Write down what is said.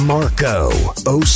Marco